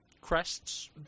Crests